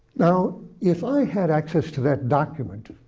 now, if i had access to that document,